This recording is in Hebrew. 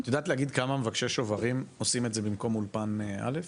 את יודעת להגיד כמה מבקשי שוברים עושים את זה במקום אולפן א'?